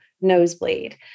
nosebleed